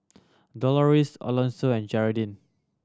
Doloris Alonso and Gearldine